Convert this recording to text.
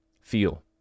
Feel